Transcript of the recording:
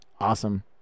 Awesome